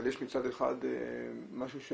אבל מצד אחד משהו ש